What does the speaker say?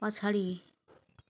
पछाडि